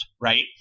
Right